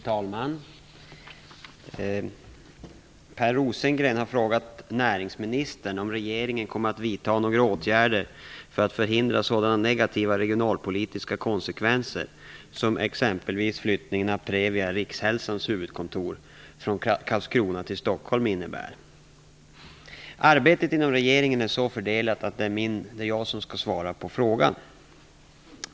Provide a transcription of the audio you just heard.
Fru talman! Per Rosengren har frågat näringsministern om regeringen kommer att vidta några åtgärder för att förhindra sådana negativa regionalpolitiska konsekvenser som exempelvis flyttningen av Previa Arbetet inom regeringen är så fördelat att det är jag som skall svara på frågan.